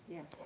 Yes